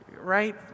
Right